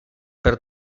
per